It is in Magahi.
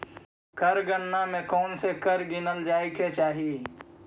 कर गणना में कौनसे कर गिनल जाए के चाही